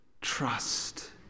trust